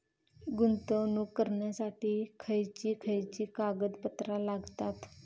गुंतवणूक करण्यासाठी खयची खयची कागदपत्रा लागतात?